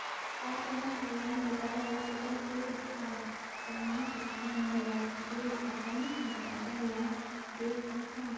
का कोनो ऑनलाइन बाजार वाला जगह हे का जहां किसान मन ल सीधे अपन उत्पाद ल बेच सकथन?